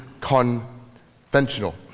conventional